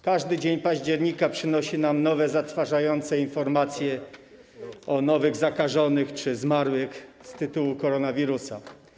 Każdy dzień października przynosi nam nowe, zatrważające informacje o nowych zakażonych czy zmarłych z powodu koronawirusa.